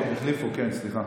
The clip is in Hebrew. כן, סליחה.